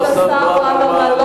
כבוד השר ברוורמן,